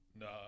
No